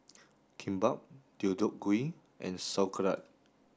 Kimbap Deodeok Gui and sauerkraut